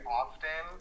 often